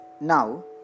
now